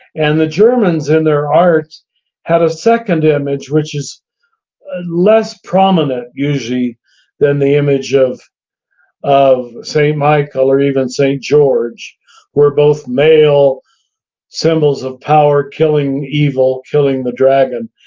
and the germans in their art had a second image, which is less prominent usually than the image of of st. michael or even st. george, who were both male symbols of power killing evil, killing the dragon.